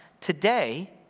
today